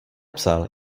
psal